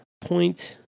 point